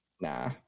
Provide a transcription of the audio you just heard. Nah